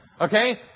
Okay